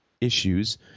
issues